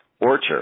Orchard